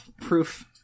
proof